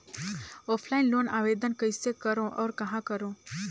Offline loan आवेदन कइसे करो और कहाँ करो?